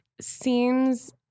seems